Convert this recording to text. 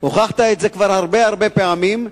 הוכחת את זה כבר הרבה-הרבה פעמים,